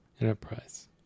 enterprise